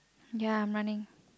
ya I'm running